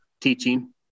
teaching